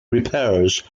repairs